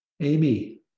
Amy